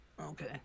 Okay